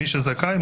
מי שזכאי,